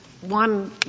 one